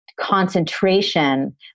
concentration